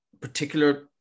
particular